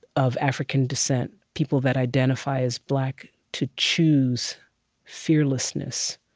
of african descent, people that identify as black, to choose fearlessness